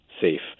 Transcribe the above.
safe